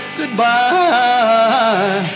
goodbye